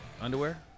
underwear